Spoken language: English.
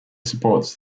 supports